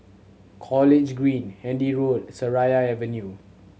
College Green Handy Road Seraya Avenue